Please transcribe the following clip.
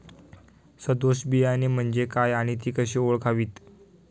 सदोष बियाणे म्हणजे काय आणि ती कशी ओळखावीत?